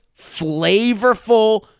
flavorful